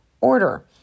order